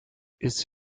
ist